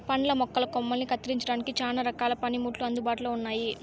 పండ్ల మొక్కల కొమ్మలని కత్తిరించడానికి చానా రకాల పనిముట్లు అందుబాటులో ఉన్నయి